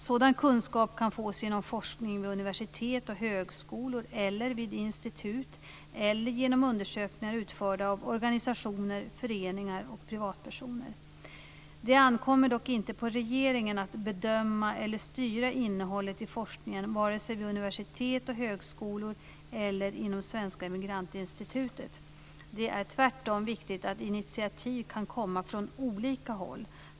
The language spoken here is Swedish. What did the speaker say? Sådan kunskap kan fås genom forskning vid universitet och högskolor eller vid institut, eller genom undersökningar utförda av organisationer, föreningar och privatpersoner. Det ankommer dock inte på regeringen att bedöma eller styra innehållet i forskningen vare sig vid universitet och högskolor eller inom Svenska Emigrantinstitutet. Det är tvärtom viktigt att initiativ kan komma från olika håll.